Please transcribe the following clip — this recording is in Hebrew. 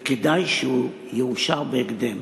וכדאי שהוא יאושר בהקדם.